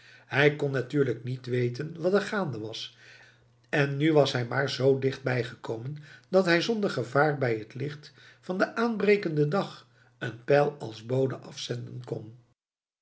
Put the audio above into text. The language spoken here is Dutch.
hij kon natuurlijk niet weten wat er gaande was en nu was hij maar zoo dichtbij gekomen dat hij zonder gevaar bij het licht van den aanbrekenden dag een pijl als bode afzenden kon